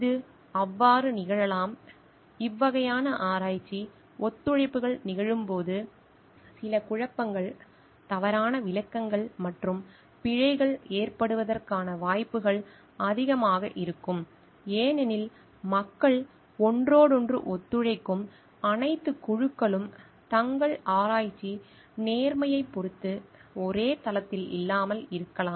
இது அவ்வாறு நிகழலாம் இந்த வகையான ஆராய்ச்சி ஒத்துழைப்புகள் நிகழும்போது சில குழப்பங்கள் தவறான விளக்கங்கள் மற்றும் பிழைகள் ஏற்படுவதற்கான வாய்ப்புகள் அதிகமாக இருக்கும் ஏனெனில் மக்கள் ஒன்றோடொன்று ஒத்துழைக்கும் அனைத்து குழுக்களும் தங்கள் ஆராய்ச்சி நேர்மையைப் பொறுத்து ஒரே தளத்தில் இல்லாமல் இருக்கலாம்